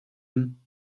him